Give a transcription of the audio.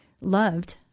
loved